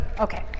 okay